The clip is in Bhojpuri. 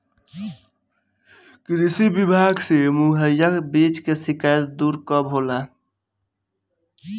कृषि विभाग से मुहैया बीज के शिकायत दुर कब होला?